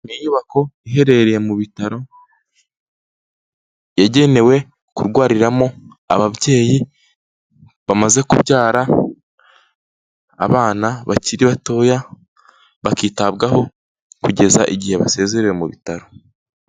Ni inyubako iherereye mu bitaro yagenewe kurwariramo ababyeyi bamaze kubyara abana bakiri batoya ,bakitabwaho kugeza igihe basezerewe mu bitaro.